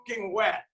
wet